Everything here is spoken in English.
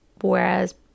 Whereas